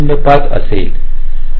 05 असेल